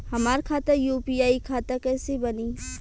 हमार खाता यू.पी.आई खाता कईसे बनी?